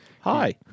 hi